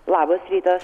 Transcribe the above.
labas rytas